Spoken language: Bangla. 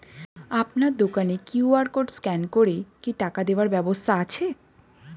আপনার দোকানে কিউ.আর কোড স্ক্যান করে কি টাকা দেওয়ার ব্যবস্থা আছে?